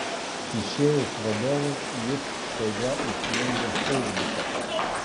išėjus vadovui jis staiga įsijungia feisbuką